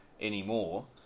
anymore